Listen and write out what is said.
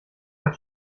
hat